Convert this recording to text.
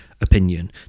opinion